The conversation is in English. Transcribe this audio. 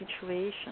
situation